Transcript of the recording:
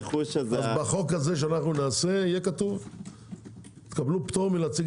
בחוק הזה שנעשה יהיה כתוב שתקבלו פטור מלהציג